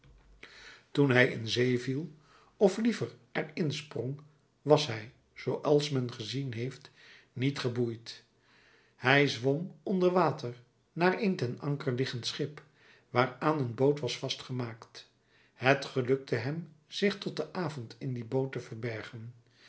toen hij in zee viel of liever er in sprong was hij zooals men gezien heeft niet geboeid hij zwom onder water naar een ten anker liggend schip waaraan een boot was vastgemaakt het gelukte hem zich tot den avond in die boot te verbergen